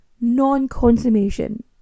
non-consummation